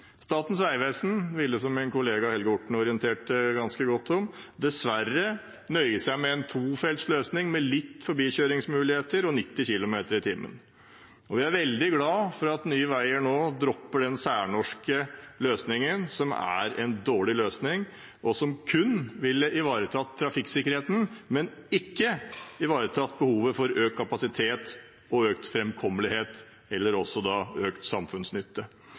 Statens vegvesen ville, som min kollega Helge Orten orienterte ganske godt om, dessverre nøye seg med en tofeltsløsning med litt forbikjøringsmulighet og 90 km/t. Vi er veldig glad for at Nye Veier nå dropper den særnorske løsningen – en dårlig løsning – som kun ville ivaretatt trafikksikkerheten, men ikke ivaretatt behovet for økt kapasitet, økt framkommelighet eller økt samfunnsnytte.